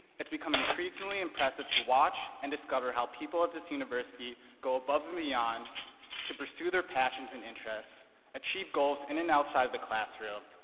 it's become increasingly impressive to watch and discover how people at this university go above and beyond to pursue their passions and interests, achieve goals in and outside of the classroom,